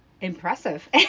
impressive